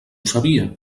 sabia